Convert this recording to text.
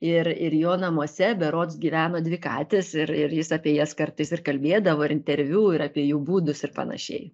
ir ir jo namuose berods gyveno dvi katės ir ir jis apie jas kartais ir kalbėdavo ir interviu ir apie jų būdus ir panašiai